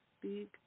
speak